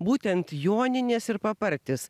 būtent joninės ir papartis